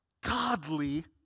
godly